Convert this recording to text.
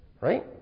Right